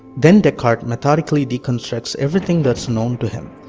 then descartes methodically deconstructs everything that's known to him.